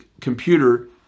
computer